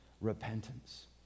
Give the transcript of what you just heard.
repentance